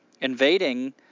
invading